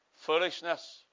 Foolishness